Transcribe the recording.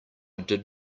did